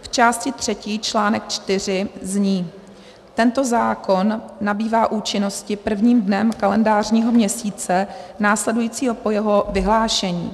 V části třetí článek IV zní: Tento zákon nabývá účinnosti prvním dnem kalendářního měsíce následujícího po jeho vyhlášení.